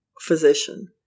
physician